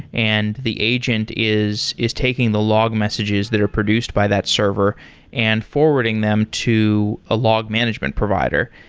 and the agent is is taking the log messages that are produced by that server and forwarding them to a log management provider.